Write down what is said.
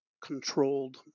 controlled